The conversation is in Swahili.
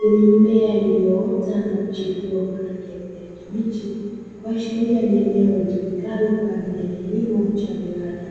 zenye mimea iliyoota na kuchipua kwa rangi ya kijani kibichi, kuashiria ni eneo litumikalo kwa ajili ya kilimo cha viwanda.